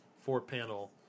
four-panel